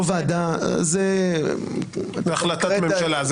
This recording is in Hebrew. לא ועדה --- זאת החלטת ממשלה,